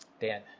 Dan